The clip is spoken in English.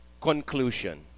conclusion